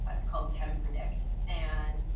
ah it's called ten predict and